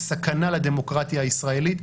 הוא סכנה לדמוקרטיה הישראלית.